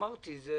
אמרתי, זה